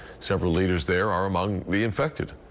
several leaders there are among the infected.